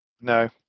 No